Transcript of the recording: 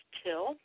till